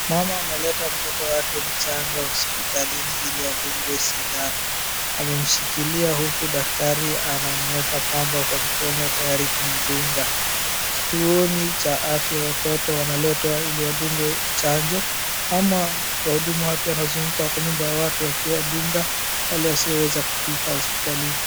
Mama ameleta mtoto wake mchanga hospitalini ili adungwe sindano. Amemshikilia uku daktari anamueka pamba kwa mkono tayari kumdunga. Kituoni cha afya watoto wanaletwa ili wadungwe chanjo ama wahudumu wa afya wanazunguka kwenye nyumba ya watu wakiwadunga wale wasioweza kufika hospitalini.